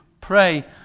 pray